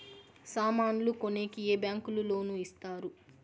సామాన్లు కొనేకి ఏ బ్యాంకులు లోను ఇస్తారు?